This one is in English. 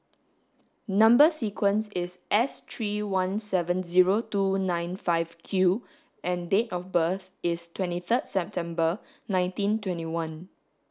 number sequence is S three one seven zero two nine five Q and date of birth is twenty third December nineteen twenty one